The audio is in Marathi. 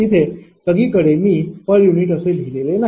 तिथे सगळीकडे मी पर युनिट असे लिहिलेले नाही